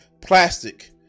plastic